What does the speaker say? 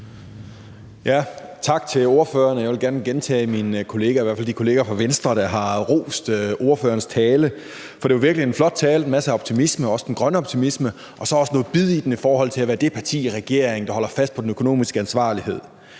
Tak til ordføreren. Jeg vil gerne gentage ting fra mine kollegaer, i hvert fald mine kollegaer fra Venstre, der har rost ordførerens tale, for det var virkelig en flot tale med masser af optimisme, også den grønne optimisme, og så var der også noget bid i den i forhold til, at man er det parti bag regeringen, der holder fast i den økonomiske ansvarlighed.